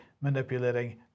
manipulating